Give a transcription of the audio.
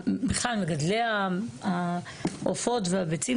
בכלל מגדלי העופות והביצים,